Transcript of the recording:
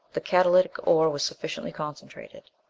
the catalytic ore was sufficiently concentrated.